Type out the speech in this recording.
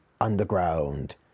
underground